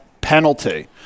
penalty